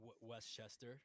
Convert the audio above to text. westchester